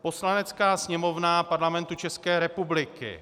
Poslanecká sněmovna Parlamentu České republiky